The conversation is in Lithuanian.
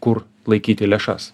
kur laikyti lėšas